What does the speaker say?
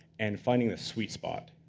and finding that sweet spot.